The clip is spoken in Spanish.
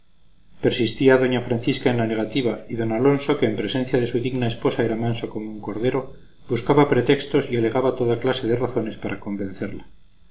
persistía doña francisca en la negativa y d alonso que en presencia de su digna esposa era manso como un cordero buscaba pretextos y alegaba toda clase de razones para convencerla